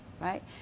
Right